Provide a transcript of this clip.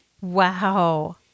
Wow